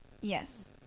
Yes